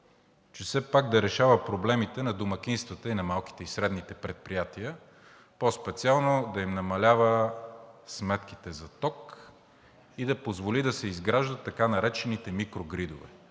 че все пак да решава проблемите на домакинствата и на малките и средните предприятия. По-специално да им намалява сметките за ток и да позволи да се изграждат така наречените микрогридове.